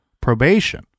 probation